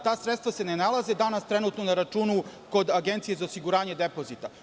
Ta sredstva se ne nalaze danas trenutno na računu kod Agencije za osiguranje depozita.